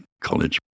college